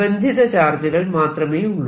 ബന്ധിത ചാർജുകൾ മാത്രമേയുള്ളൂ